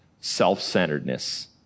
self-centeredness